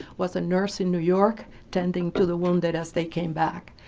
was a nurse in new york tending to the wounded as they came back.